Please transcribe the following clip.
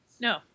No